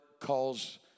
calls